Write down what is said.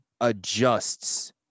adjusts